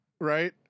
right